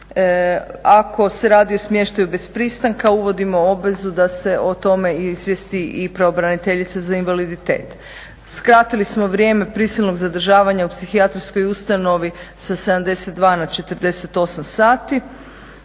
Ako se radi o smještaju bez pristanka uvodimo obvezu da se o tome izvijesti i pravobraniteljica za invaliditet. Skratili smo vrijeme prisilnog zadržavanja u psihijatrijskoj ustanovi sa 72 na 48 sati.